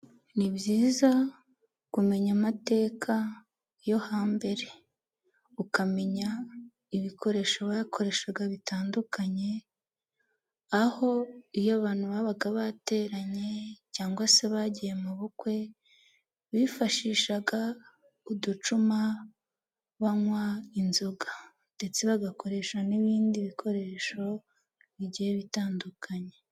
Ni byiza kumenya amateka yo hambere ukamenya ibikoresho bakoreshaga bitandukanye, aho iyo abantu babaga bateranye cyangwa se bagiye mu bukwe, bifashishaga uducuma banywa inzoga ndetse bagakoresha n'ibindi bikoresho bigiye bitandukanye.